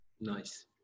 nice